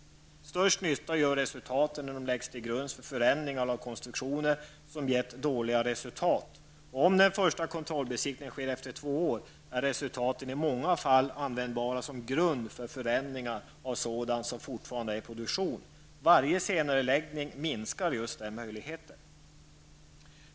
Störst nytta gör resultaten när de läggs till grund för ändringar av konstruktioner som gett dåliga resultat. Om första kontrollbesiktningen sker efter två år är resultaten i många fall användbara som grund för ändringar av sådant som fortfarande är i produktion. Varje senareläggning minskar den möjligheten.